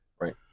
Right